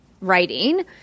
writing